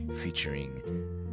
Featuring